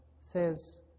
says